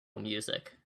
music